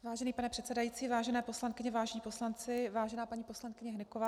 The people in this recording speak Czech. Vážený pane předsedající, vážené poslankyně, vážení poslanci, vážená paní poslankyně Hnyková.